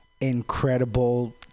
incredible